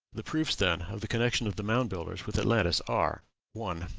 the proofs, then, of the connection of the mound builders with atlantis are one.